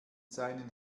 seinen